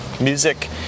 Music